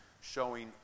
showing